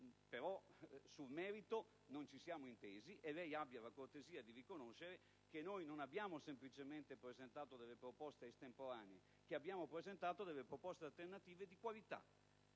Però, sul merito non ci siamo intesi, e abbia la cortesia di riconoscere che noi non abbiamo presentato semplicemente delle proposte estemporanee, ma piuttosto delle proposte alternative di qualità.